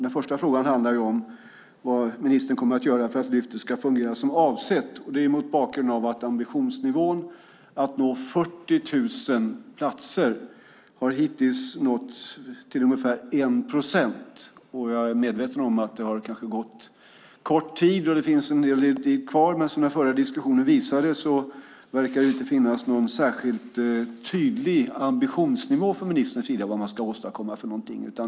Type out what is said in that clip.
Den första frågan gäller vad ministern kommer att göra för att Lyftet ska fungera som avsett. Frågan ställs mot bakgrund av att ambitionsnivån är att skapa 40 000 platser men att man hittills endast nått upp till ungefär 1 procent av det antalet. Jag är medveten om att det gått kort tid och att det finns en hel del tid kvar, men som den förra diskussionen visade verkar det inte finnas någon särskilt tydlig ambitionsnivå från ministerns sida beträffande vad man ska åstadkomma.